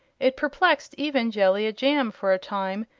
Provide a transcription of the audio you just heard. it perplexed even jellia jamb, for a time,